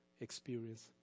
experience